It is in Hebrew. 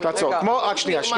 את צודקת, את צודקת.